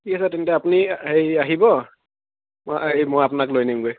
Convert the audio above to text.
ঠিক আছে তেন্তে আপুনি হেৰি আহিব মই এই মই আপোনাক লৈ আনিমগৈ